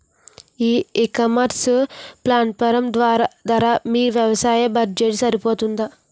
ఈ ecommerce platform ధర మీ వ్యవసాయ బడ్జెట్ సరిపోతుందా?